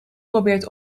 probeert